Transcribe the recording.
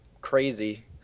crazy